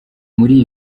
muri